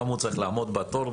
היום הוא צריך לעמוד בתור.